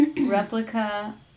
replica